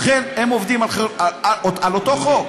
לכן, הם עובדים על אותו חוק.